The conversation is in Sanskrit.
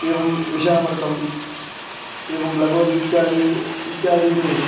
एवं विशामृतम् एवं लगोरि इत्यादि इत्यादीनि